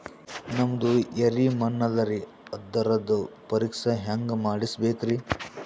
ನಮ್ದು ಎರಿ ಮಣ್ಣದರಿ, ಅದರದು ಪರೀಕ್ಷಾ ಹ್ಯಾಂಗ್ ಮಾಡಿಸ್ಬೇಕ್ರಿ?